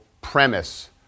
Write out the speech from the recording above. premise